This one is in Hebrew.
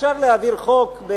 אפשר להעביר חוק,